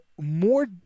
more